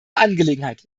angelegenheit